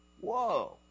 Whoa